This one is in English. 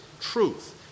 truth